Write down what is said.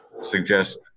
suggest